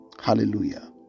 hallelujah